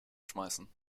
schmeißen